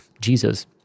Jesus